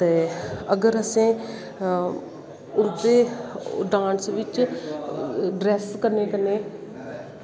ते अगर अस डांस बिच्च ड्रैस कन्ने कन्ने